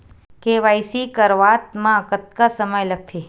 KYC करवात म कतका समय लगथे?